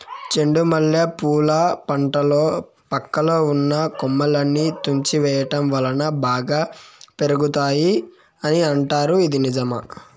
చెండు మల్లె పూల పంటలో పక్కలో ఉన్న కొమ్మలని తుంచి వేయటం వలన బాగా పెరుగుతాయి అని అంటారు ఇది నిజమా?